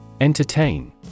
Entertain